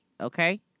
Okay